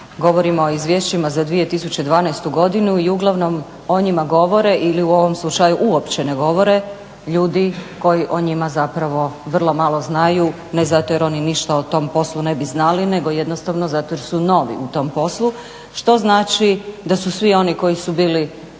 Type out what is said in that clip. govorimo o izvješćima za 2012.godinu i uglavnom o njima govore ili u ovom slučaju uopće ne govore ljudi koji o njima vrlo malo znaju ne zato jer oni ništa o tom poslu ne bi znali nego jednostavno zato jer su novi u tom poslu što znači da su svi oni koji su bili